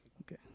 Okay